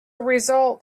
result